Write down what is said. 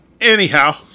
Anyhow